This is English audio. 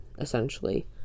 essentially